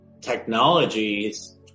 technologies